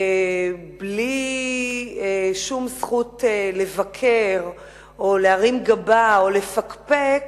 בלי שום זכות לבקר או להרים גבה או לפקפק